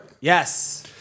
Yes